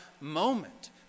moment